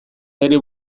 bere